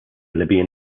libyan